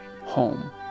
home